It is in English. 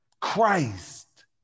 Christ